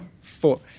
four